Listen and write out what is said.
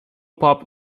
pup